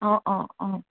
অঁ অঁ অঁ